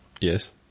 Yes